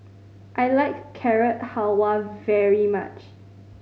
I like Carrot Halwa very much